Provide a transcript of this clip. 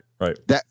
Right